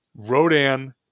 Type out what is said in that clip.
Rodan